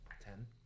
Ten